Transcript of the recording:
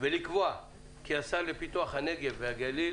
ולקבוע כי השר לפיתוח הנגב והגליל